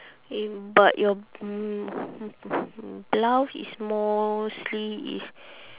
eh but your mm blouse is mostly is